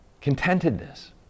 contentedness